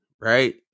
right